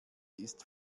ist